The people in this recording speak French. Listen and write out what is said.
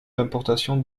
d’importation